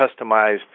customized